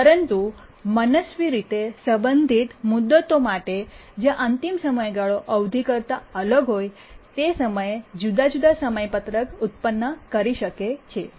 પરંતુ મનસ્વી રીતે સંબંધિત મુદતો માટે જ્યાં અંતિમ સમયગાળો અવધિ કરતા અલગ હોય તે સમયે જુદા જુદા સમયપત્રક ઉત્પન્ન કરી શકે છે